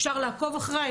אפשר לעקוב אחריי,